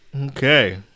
Okay